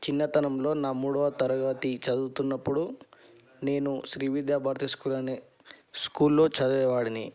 చిన్నతనంలో నా మూడవ తరగతి చదువుతున్నప్పుడు నేను శ్రీ విద్యా భారతి స్కూల్ అనే స్కూల్లో చదివే వాడిని